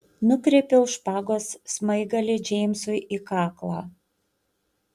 nukreipiau špagos smaigalį džeimsui į kaklą